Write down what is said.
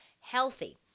healthy